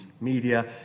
media